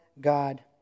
God